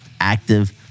active